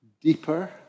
deeper